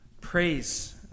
praise